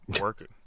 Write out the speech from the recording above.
working